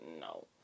no